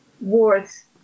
worth